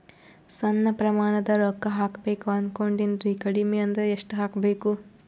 ಸಣ್ಣ ಪ್ರಮಾಣದ ರೊಕ್ಕ ಹಾಕಬೇಕು ಅನಕೊಂಡಿನ್ರಿ ಕಡಿಮಿ ಅಂದ್ರ ಎಷ್ಟ ಹಾಕಬೇಕು?